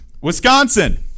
wisconsin